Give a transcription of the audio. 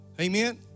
Amen